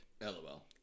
LOL